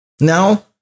Now